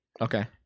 Okay